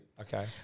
Okay